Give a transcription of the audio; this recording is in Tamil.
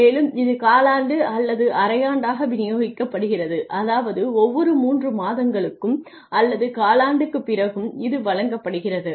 மேலும் இது காலாண்டு அல்லது அரையாண்டாக விநியோகிக்கப்படுகிறது அதாவது ஒவ்வொரு 3 மாதங்களுக்கும் அல்லது காலாண்டுக்குப் பிறகும் இது வழங்கப்படுகிறது